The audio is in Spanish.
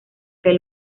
que